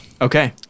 Okay